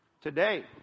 today